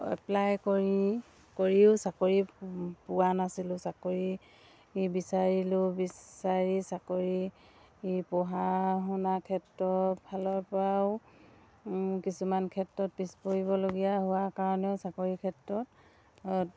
apply কৰি কৰিও চাকৰি পোৱা নাছিলোঁ চাকৰি বিচাৰিলোঁ বিচাৰি চাকৰি পঢ়া শুনা ক্ষেত্ৰৰ ফালৰপৰাও কিছুমান ক্ষেত্ৰত পিছ পৰিবলগীয়া হোৱা কাৰণেও চাকৰি ক্ষেত্ৰত